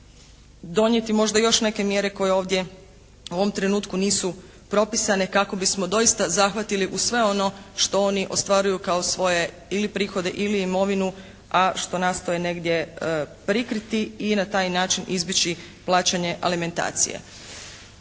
donijeti možda još neke mjere koje ovdje u ovom trenutku nisu propisane kako bismo doista zahvatili uz sve ono što oni ostvaruju kao svoje ili prihode ili imovinu a što nastoje negdje prikriti i na taj način izbjeći plaćanje alimentacije.